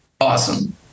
awesome